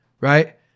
right